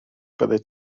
byddet